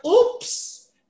oops